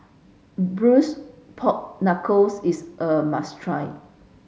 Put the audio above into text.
blues pork knuckles is a must try